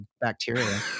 bacteria